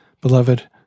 beloved